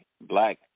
black